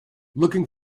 looking